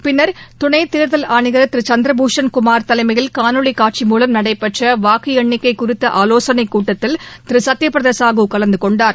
பின்னர் துணைதேர்தல் ஆணையர் திருசந்திரபூஷன் குமார் தலைமையில் காணொலி மூலம் நடைபெற்றவாக்குஎண்ணிக்கைகுறித்தஆலோசனைகூட்டத்தில் திருசத்தியபிரதசாகுகலந்துகொண்டார்